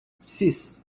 six